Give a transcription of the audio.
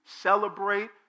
celebrate